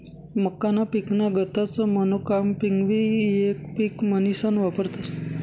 मक्काना पिकना गतच मोनोकापिंगबी येक पिक म्हनीसन वापरतस